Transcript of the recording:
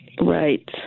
Right